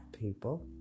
people